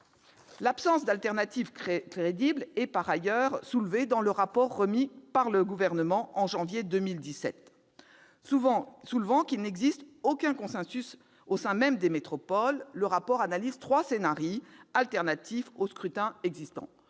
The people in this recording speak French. L'absence d'alternative crédible est soulevée dans le rapport remis par le Gouvernement au mois de janvier 2017. Relevant qu'il n'existe aucun consensus au sein même des métropoles, ce rapport analyse trois distincts alternatifs au scrutin existant.